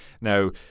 now